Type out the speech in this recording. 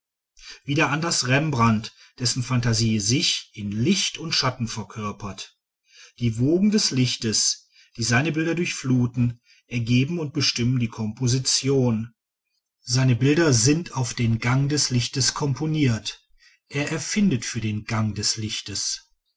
wieder anders rembrandt dessen phantasie sich in licht und schatten verkörpert die wogen des lichtes die seine bilder durchfluten ergeben und bestimmen die komposition seine bilder sind auf den gang des lichtes komponiert er erfindet für den gang des lichtes